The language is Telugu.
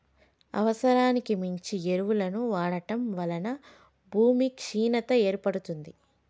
అవసరానికి మించి ఎరువులను వాడటం వలన భూమి క్షీణత ఏర్పడుతుంది